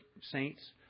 saints